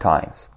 Times